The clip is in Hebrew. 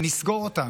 ונסגור אותם,